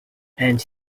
and